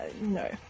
No